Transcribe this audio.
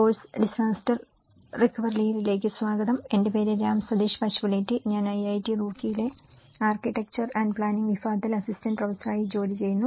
course disaster റിക്കവറിയിലേക്ക് സ്വാഗതം എന്റെ പേര് രാം സതീഷ് പശുപുലേറ്റി ഞാൻ ഐഐടി റൂർക്കിയിലെ ആർക്കിടെക്ചർ ആന്റ് പ്ലാനിംഗ് വിഭാഗത്തിൽ അസിസ്റ്റന്റ് പ്രൊഫസറായി ജോലി ചെയ്യുന്നു